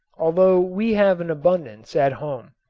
although we have an abundance at home.